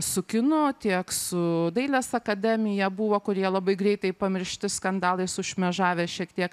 su kino tiek su dailės akademija buvo kurie labai greitai pamiršti skandalai sušmėžavę šiek tiek